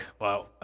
wow